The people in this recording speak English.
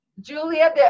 Julia